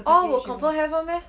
all will confirm have [one] meh